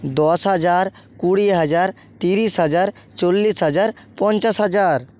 দশ হাজার কুড়ি হাজার তিরিশ হাজার চল্লিশ হাজার পঞ্চাশ হাজার